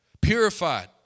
purified